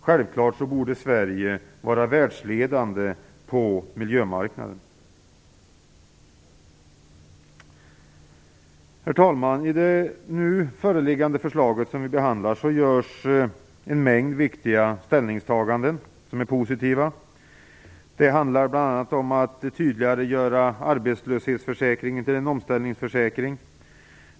Självklart borde Sverige vara världsledande på miljömarknaden! Herr talman! I det föreliggande förslaget görs flera viktiga ställningstaganden som är positiva. Det gäller bl.a. att tydligare göra arbetslöshetsförsäkringen till en omställningsförsäkring.